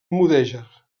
mudèjar